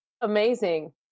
amazing